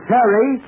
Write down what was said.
Terry